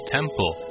Temple